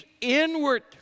inward